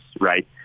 right